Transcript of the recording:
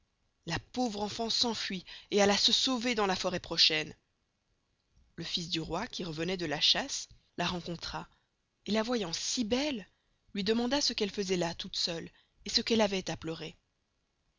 la pauvre enfant s'enfuit et alla se sauver dans la forest prochaine le fils du roi qui revenoit de la chasse la rencontra et la voyant si belle luy demanda ce qu'elle faisoit là toute seule et ce qu'elle avoit à pleurer